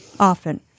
Often